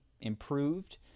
improved